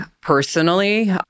personally